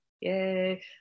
Yay